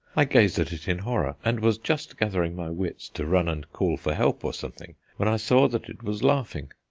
i gazed at it in horror, and was just gathering my wits to run and call for help or something, when i saw that it was laughing.